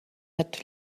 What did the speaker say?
had